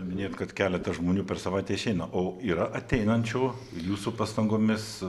minėjot kad keletas žmonių per savaitę išeina o yra ateinančių jūsų pastangomis